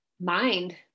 mind